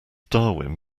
darwin